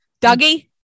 Dougie